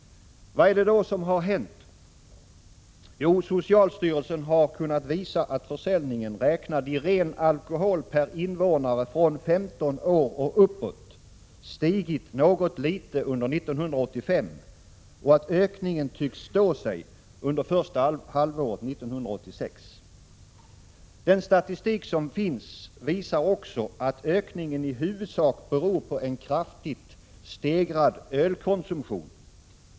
Vad är det då som har hänt? Jo, socialstyrelsen har kunnat visa, att försäljningen räknad i ren alkohol per invånare från 15 år och uppåt stigit något litet under 1985 och att ökningen tycks stå sig under första halvåret 1986. Den statistik som finns visar också att ökningen i huvudsak beror på en kraftigt stegrad ölkonsumtion.